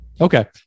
Okay